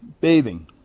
bathing